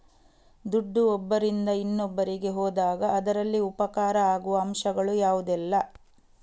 ದುಡ್ಡು ಒಬ್ಬರಿಂದ ಇನ್ನೊಬ್ಬರಿಗೆ ಹೋದಾಗ ಅದರಲ್ಲಿ ಉಪಕಾರ ಆಗುವ ಅಂಶಗಳು ಯಾವುದೆಲ್ಲ?